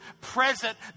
present